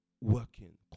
working